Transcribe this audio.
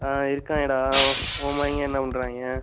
ஆ இருக்காங்கடா ஓ உன் மகன்ங்க என்ன பண்றாங்க